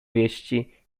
wieści